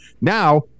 Now